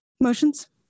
motions